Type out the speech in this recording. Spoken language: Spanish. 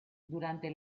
durante